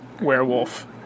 werewolf